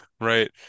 Right